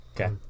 Okay